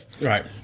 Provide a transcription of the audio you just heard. Right